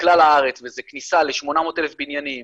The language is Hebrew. לכלל הארץ וזה כניסה ל-800,000 בניינים